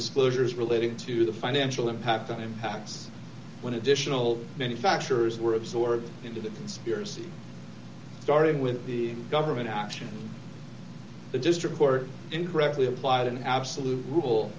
disclosures relating to the financial impact of impacts when additional manufacturers were absorbed into the conspiracy starting with the government action the district court in correctly applied an absolute rule